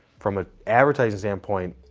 from an advertising stand point,